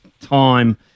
time